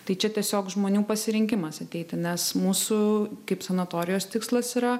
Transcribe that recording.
tai čia tiesiog žmonių pasirinkimas ateiti nes mūsų kaip sanatorijos tikslas yra